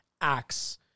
acts